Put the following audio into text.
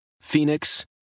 Phoenix